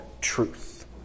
truth